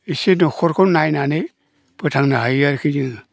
एसे न'खरखौ नायनानै फोथांनो हायो आरोखि जोङो